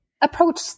approach